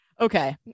Okay